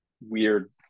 weird